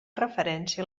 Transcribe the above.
referència